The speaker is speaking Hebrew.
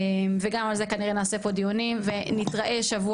וגם על זה כנראה נעשה פה דיונים,